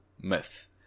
myth